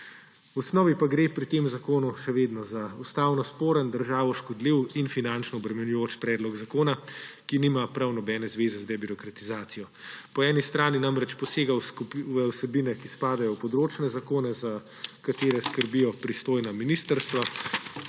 V osnovi pa gre pri tem zakonu še vedno za ustavno sporen, državi škodljiv in finančno obremenjujoč predlog zakona, ki nima prav nobene zveze z debirokratizacijo. Po eni strani namreč posega v vsebine, ki spadajo v področne zakone, za katere skrbijo pristojna ministrstva,